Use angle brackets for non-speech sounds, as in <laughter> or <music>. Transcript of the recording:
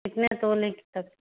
कितने तोले की <unintelligible>